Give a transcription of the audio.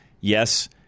yes